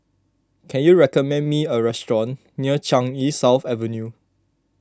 can you recommend me a restaurant near Changi South Avenue